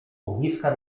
ogniska